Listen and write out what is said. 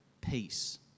peace